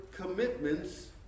commitments